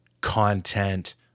content